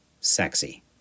sexy